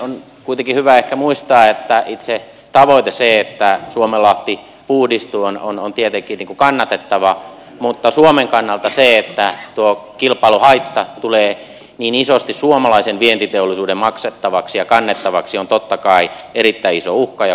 on kuitenkin hyvä ehkä muistaa että itse tavoite se että suomenlahti puhdistuu on tietenkin kannatettava mutta suomen kannalta se että tuo kilpailuhaitta tulee niin isosti suomalaisen vientiteollisuuden maksettavaksi ja kannettavaksi on totta kai erittäin iso uhka ja huolestuttava asia